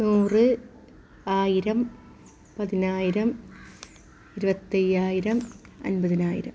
നൂറ് ആയിരം പതിനായിരം ഇരുപത്തയ്യായിരം അൻപതിനായിരം